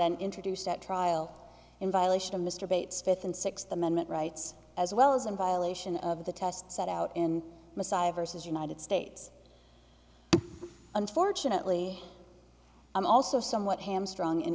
then introduced at trial in violation of mr bates fifth and sixth amendment rights as well as in violation of the test set out in messiah versus united states unfortunately i'm also somewhat hamstrung